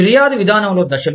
ఫిర్యాదు విధానంలో దశలు